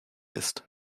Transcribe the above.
ist